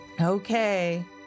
Okay